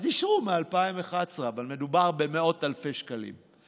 אז אישרו מ-2011, אבל מדובר במאות אלפי שקלים.